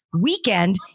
weekend